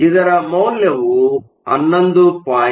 ಇದರ ಮೌಲ್ಯವು 11